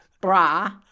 bra